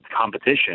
competition